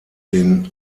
den